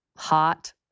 hot